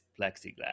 plexiglass